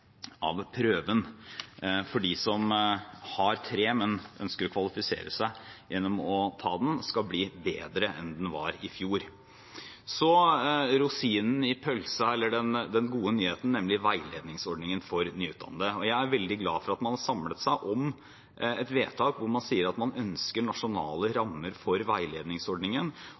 prøven for dem som har karakteren 3, men ønsker å kvalifisere seg gjennom å ta prøven, skal bli bedre enn den var i fjor. Så til rosinen i pølsa, den gode nyheten, nemlig veiledningsordningen for nyutdannede: Jeg er veldig glad for at man har samlet seg om et vedtak hvor man sier at man ønsker nasjonale rammer for veiledningsordningen,